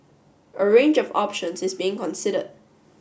a range of options is being considered